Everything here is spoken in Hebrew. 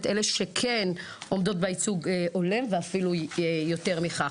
אז אני אקריא את אלה שכן עומדות בייצוג ההולם ואפילו יותר מכך.